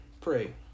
Pray